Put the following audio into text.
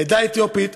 לעדה האתיופית,